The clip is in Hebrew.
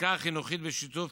ערכה חינוכית בשיתוף